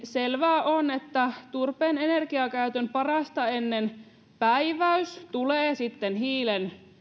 selvää on että turpeen energiakäytön parasta ennen päiväys tulee sitten hiilen